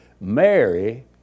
Mary